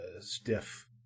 stiff